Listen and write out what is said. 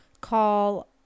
call